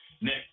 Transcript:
Nick